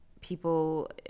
people